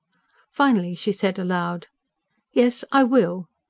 finally she said aloud yes, i will.